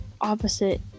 opposite